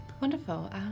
Wonderful